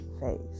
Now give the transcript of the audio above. face